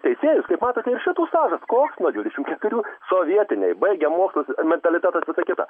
teisėjus kaip matote ir šitų stažas koks nuo dvidešimt keturių sovietiniai baigę mokslus mentalitetas visai kitas